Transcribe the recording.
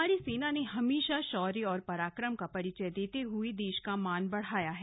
हमारी सेना ने हमेशा शौर्य और पराक्रम का परिचय देते हुए देश का मान बढ़ाया है